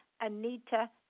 Anita